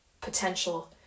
potential